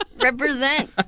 Represent